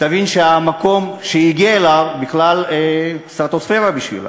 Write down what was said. יבין שהמקום שהיא הגיעה אליו הוא בכלל סטרטוספירה בשבילה.